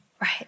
right